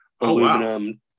aluminum